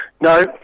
No